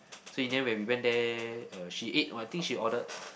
so in the end when we went there uh she ate oh I think she ordered